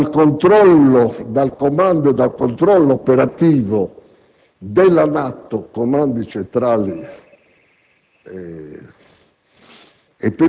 dal controllo operativo della NATO, comandi centrali